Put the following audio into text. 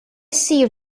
see